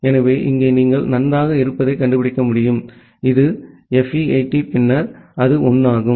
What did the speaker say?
எனவே இங்கே நீங்கள் நன்றாக இருப்பதைக் கண்டுபிடிக்க முடியும் இது FE80 பின்னர் அது 1 ஆகும்